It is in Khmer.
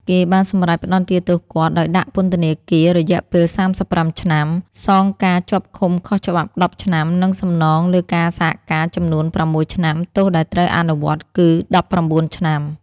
គេបានសម្រេចផ្តន្ទាទោសគាត់ ដោយដាក់ពន្ថនាគាររយៈពេល៣៥ឆ្នាំ សងការជាប់ឃុំខុសច្បាប់១០ឆ្នាំ និងសំណងលើការសហការចំនួន៦ឆ្នាំ ទោសដែលត្រូវអនុវត្តគឺ១៩ឆ្នាំ។